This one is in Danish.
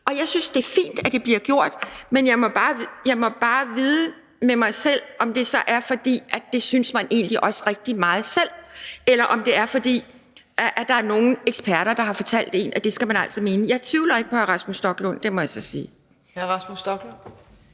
Og jeg synes, det er fint, at det bliver gjort, men jeg må bare vide, om det så er, fordi man egentlig også synes det rigtig meget selv, eller om det er, fordi der er nogle eksperter, der har fortalt en, at det skal man altså mene. Jeg tvivler ikke på hr. Rasmus Stoklund – det må jeg så sige. Kl. 14:03 Fjerde